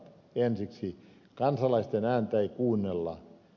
ensiksi kansalaisten ääntä ei kuunnella